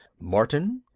martin,